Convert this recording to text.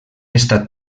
estat